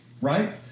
right